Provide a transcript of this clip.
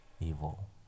evil